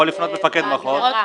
יכול לפנות מפקד מחוז.